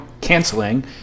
canceling